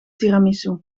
tiramisu